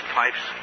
pipes